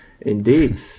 Indeed